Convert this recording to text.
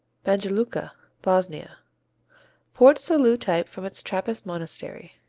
banjaluka bosnia port-salut type from its trappist monastery.